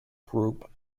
group